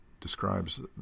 describes